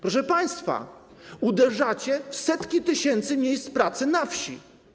Proszę państwa, uderzacie w setki tysięcy miejsc pracy na wsi.